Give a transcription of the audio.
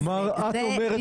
כלומר את אומרת,